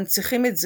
מנציחים את זכרו.